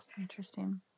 interesting